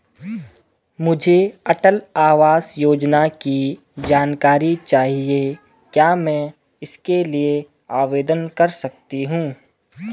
मुझे अटल आवास योजना की जानकारी चाहिए क्या मैं इसके लिए आवेदन कर सकती हूँ?